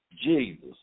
Jesus